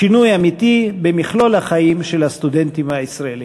שינוי אמיתי במכלול החיים של הסטודנטים הישראלים.